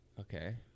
Okay